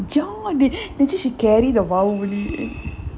ya the~ then she carry the bahubali